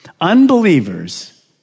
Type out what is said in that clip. Unbelievers